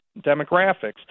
demographics